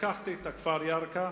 לקחתי את הכפר ירכא